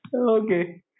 Okay